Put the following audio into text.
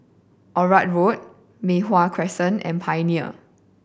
Onraet Road Mei Hwan Crescent and Pioneer